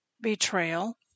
Betrayal